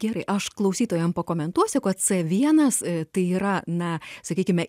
gerai aš klausytojam pakomentuosiu kad c vienas tai yra na sakykime